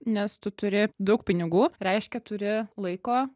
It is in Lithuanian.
nes tu turi daug pinigų reiškia turi laiko